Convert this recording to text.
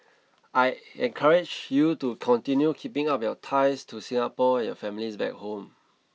I encourage you to continue keeping up your ties to Singapore and your families back home